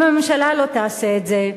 אם הממשלה לא תעשה את זה,